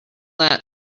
that